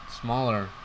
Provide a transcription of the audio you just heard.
smaller